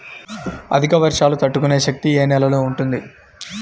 అధిక వర్షాలు తట్టుకునే శక్తి ఏ నేలలో ఉంటుంది?